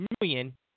million